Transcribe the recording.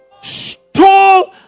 Stole